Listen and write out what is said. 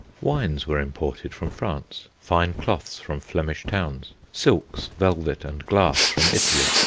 wines were imported from france, fine cloths from flemish towns, silks, velvet, and glass from italy,